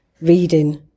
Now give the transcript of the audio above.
reading